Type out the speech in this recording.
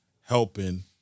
helping